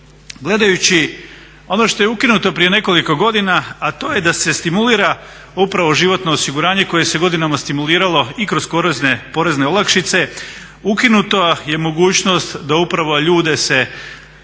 Gledajući ono što je ukinuto prije nekoliko godina a to je da se stimulira upravo životno osiguranje koje se godinama stimuliralo i kroz korozne porezne olakšice, ukinuta je mogućnost da upravo ljude se